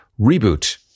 Reboot